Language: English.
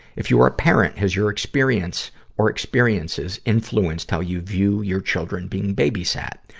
if you are a parent, has your experience or experiences influenced how you view your children being babysat?